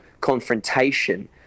confrontation